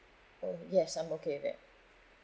mm yes I'm okay with it